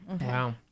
Wow